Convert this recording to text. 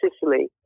sicily